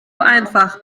einfach